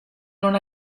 non